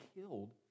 killed